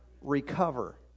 recover